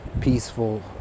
peaceful